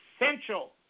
essential